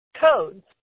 codes